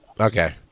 Okay